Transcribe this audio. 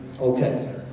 Okay